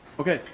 okay,